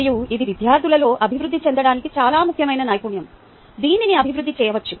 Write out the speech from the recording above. మరియు అది విద్యార్థులలో అభివృద్ధి చెందడానికి చాలా ముఖ్యమైన నైపుణ్యం దీనిని అభివృద్ధి చేయవచ్చు